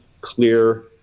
clear